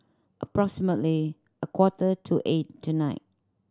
approximately a quarter to eight tonight